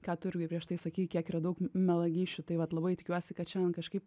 ką tu irgi prieš tai sakyk kiek yra daug melagysčių tai vat labai tikiuosi kad šiandien kažkaip